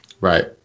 Right